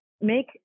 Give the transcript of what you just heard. make